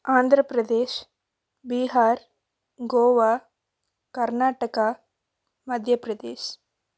Andhra Pradesh Bihar Goa Karnataka Madhya Pradesh